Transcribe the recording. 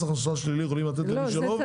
אי אפשר לתת מס הכנסה שלילי למי שלא עובד.